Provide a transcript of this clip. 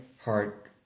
Heart